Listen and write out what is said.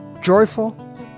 joyful